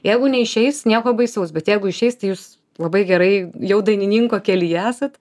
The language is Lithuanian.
jeigu neišeis nieko baisaus bet jeigu išeis tai jūs labai gerai jau dainininko kelyje esat